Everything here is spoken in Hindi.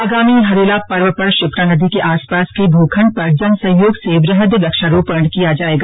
आगामी हरेला पर्व पर शिप्रा नदी के आसपास के भू खण्ड पर जन सहयोग से वृहद्व वृक्षारोपण किया जाएगा